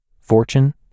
Fortune